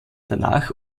danach